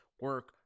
Work